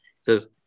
Says